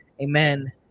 amen